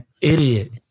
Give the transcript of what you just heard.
idiot